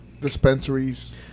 dispensaries